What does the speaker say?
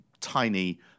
tiny